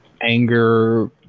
anger